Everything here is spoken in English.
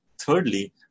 thirdly